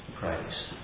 Christ